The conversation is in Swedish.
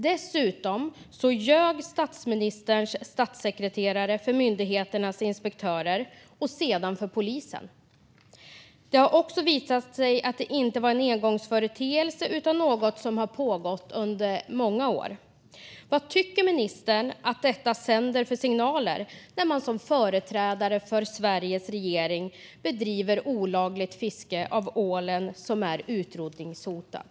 Dessutom ljög statsministerns statssekreterare för myndigheternas inspektörer och sedan för polisen. Det har också visat sig att det inte var en engångsföreteelse utan något som pågått under många år. Vad tycker ministern att det sänder för signaler när man som företrädare för Sveriges regering bedriver olagligt fiske av ålen, som är utrotningshotad?